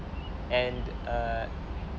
and err